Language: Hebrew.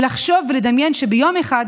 ולחשוב ולדמיין שיום אחד,